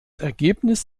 ergebnis